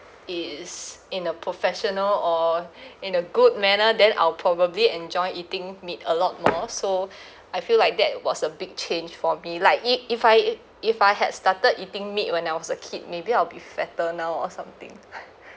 it is in a professional or in a good manner then I'll probably enjoy eating meat a lot more so I feel like that was a big change for me like eat if I eat if I had started eating meat when I was a kid maybe I'll be fatter now or something